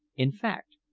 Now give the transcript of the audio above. in fact,